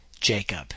Jacob